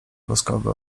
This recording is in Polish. woskowy